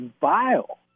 vile